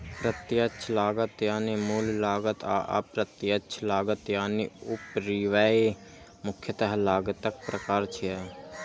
प्रत्यक्ष लागत यानी मूल लागत आ अप्रत्यक्ष लागत यानी उपरिव्यय मुख्यतः लागतक प्रकार छियै